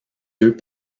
deux